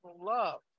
love